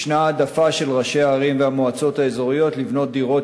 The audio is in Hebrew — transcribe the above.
ישנה העדפה של ראשי ערים והמועצות האזוריות לבנות דירות